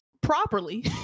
properly